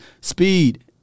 speed